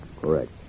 Correct